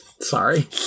Sorry